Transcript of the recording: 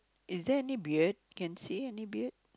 is there any beard can see any beard